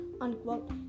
unquote